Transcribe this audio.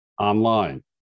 online